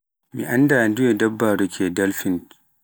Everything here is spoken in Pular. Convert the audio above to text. Mi annda nduye dabbaru ke dophns